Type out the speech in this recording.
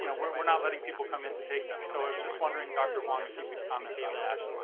you know, we're we're not letting people come in to take them. so i was just wondering, dr. huang, if you could comment on that